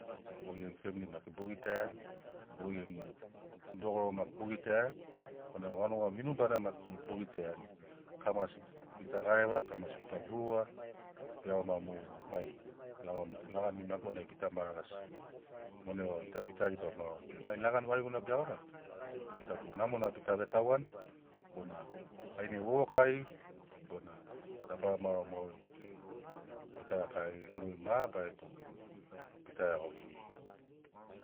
Goi gemu femili maki bo gitaiai goi gemu dogoro maki bo gitaiani bona vanuga vinubana maki bo gitaiani kamasi bita gareva kamasi bita guruga be iagoma mu mai lagan lagani magonai bitama lagasi monai vau gita bit riba maoroni be mai lagani variguna be iagomani gita tu namona bita vetauani bona ainai vovokari bona dabara maoro maorori bita rka iagirini mogeri mabarari tu bita iago vinirini.